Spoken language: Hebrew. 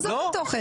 עזוב את התוכן,